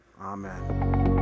Amen